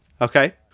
Okay